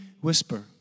whisper